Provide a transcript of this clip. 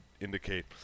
indicate